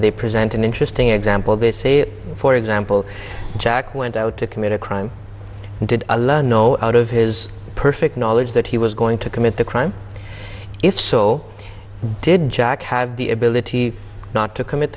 they present an interesting example they say for example jack went out to commit a crime and did a learn no out of his perfect knowledge that he was going to commit the crime if so did jack have the ability not to commit